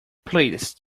please